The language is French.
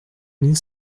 mille